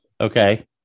Okay